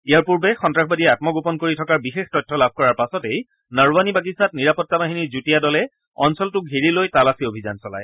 ইয়াৰ পূৰ্বে সন্ত্ৰাসবাদীয়ে আমগোপন কৰি থকাৰ বিশেষ তথ্য লাভ কৰাৰ পাছতেই নাৰৱানি বাগিছাত নিৰাপত্তা বাহিনীৰ যুটীয়া দলে অঞ্চলটো ঘেৰি লৈ তালাচী অভিযান চলায়